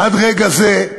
עד רגע זה,